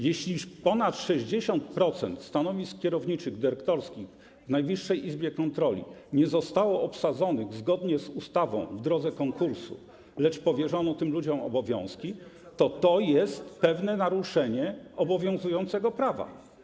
Jeśli ponad 60% stanowisk kierowniczych, dyrektorskich w Najwyższej Izbie Kontroli nie zostało obsadzonych zgodnie z ustawą, w drodze konkursu, lecz powierzono tym ludziom obowiązki w inny sposób, to jest to pewne naruszenie obowiązującego prawa.